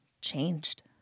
changed